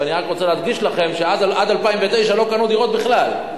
אבל אני רוצה להדגיש לכם שעד 2009 לא קנו דירות בכלל,